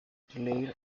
claire